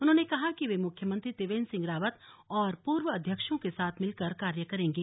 उन्होंने कहा कि वे मुख्यमन्त्री त्रिवेंद्र सिंह रावत और पूर्व अध्यक्षों के साथ मिलकर कार्य करेंगे